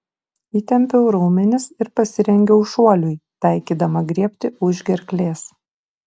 įtempiau raumenis ir pasirengiau šuoliui taikydama griebti už gerklės